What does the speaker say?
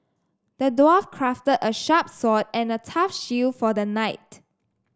the dwarf crafted a sharp sword and a tough shield for the knight